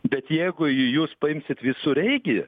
bet jeigu jūs paimsit visureigį